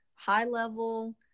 high-level